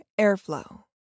Airflow